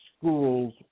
schools